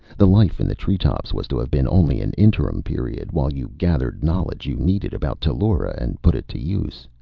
the life in the treetops was to have been only an interim period, while you gathered knowledge you needed about tellura and put it to use.